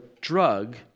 drug